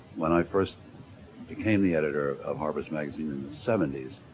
when i first became the editor of harper's magazine in the seventy s,